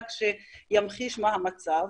רק שתמחיש מה המצב.